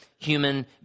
human